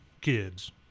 kids